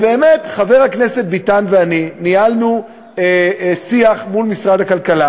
חבר הכנסת ביטן ואני ניהלנו שיח מול משרד הכלכלה